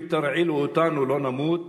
אם תרעילו אותנו, לא נמות?